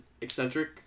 eccentric